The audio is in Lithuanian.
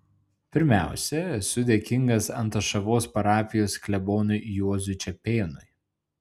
pirmiausia esu dėkingas antašavos parapijos klebonui juozui čepėnui